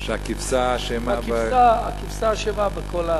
שהכבשה אשמה, שהכבשה אשמה.